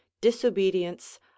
disobedience